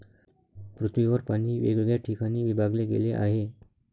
पृथ्वीवर पाणी वेगवेगळ्या ठिकाणी विभागले गेले आहे